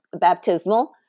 baptismal